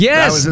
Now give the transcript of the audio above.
Yes